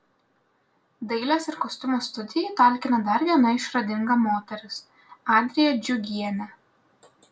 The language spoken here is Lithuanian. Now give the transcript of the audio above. dailės ir kostiumo studijai talkina dar viena išradinga moteris adrija džiugienė